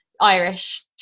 Irish